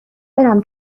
برم